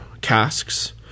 casks